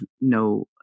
no